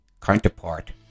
counterpart